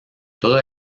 todo